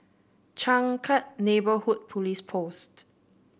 Changkat Neighbourhood Police Post